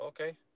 Okay